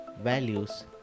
values